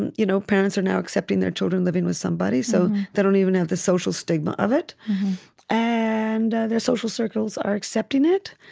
and you know parents are now accepting their children living with somebody, so they don't even have the social stigma of it and their social circles are accepting it.